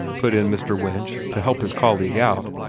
put in mr. winch, to help his colleague out.